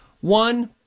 one